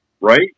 right